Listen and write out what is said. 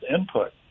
input